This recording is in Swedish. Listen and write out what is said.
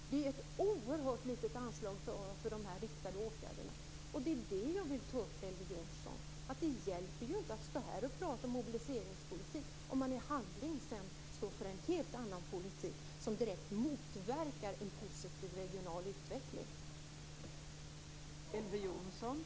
Det är ett oerhört litet anslag för de här riktade åtgärderna. Det är det jag vill ta upp, Elver Jonsson. Det hjälper inte att stå här och prata om mobiliseringspolitik om man sedan i handling står för en helt annan politik, som direkt motverkar en positiv regional utveckling.